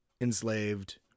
enslaved